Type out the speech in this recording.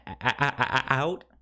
out